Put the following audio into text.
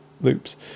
loops